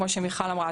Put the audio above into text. כמו שמיכל אמרה,